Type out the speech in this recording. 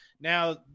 Now